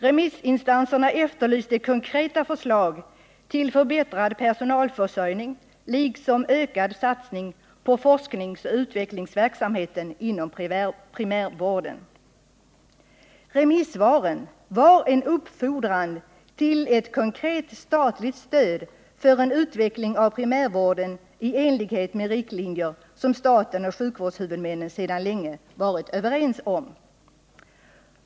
Remissinstanserna efterlyste konkreta förslag till förbättrad personalförsörjning liksom ökad satsning på forskningsoch utvecklingsverksamheten inom primärvården. Remissvaren var en uppfordran till ett konkret statligt stöd för en utveckling av primärvården i enlighet med riktlinjer som staten och sjukvårdshuvudmännen sedan länge varit överens om.